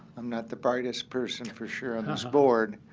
i'm not the brightest person for sure on this board,